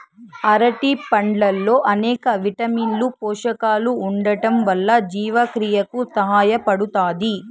అరటి పండ్లల్లో అనేక విటమిన్లు, పోషకాలు ఉండటం వల్ల జీవక్రియకు సహాయపడుతాది